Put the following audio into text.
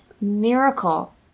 miracle